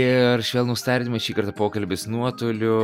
ir švelnūs tardymai šį kartą pokalbis nuotoliu